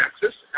Texas